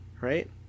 right